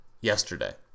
yesterday